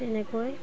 তেনেকৈ